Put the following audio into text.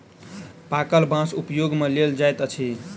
पाकल बाँस उपयोग मे लेल जाइत अछि